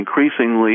increasingly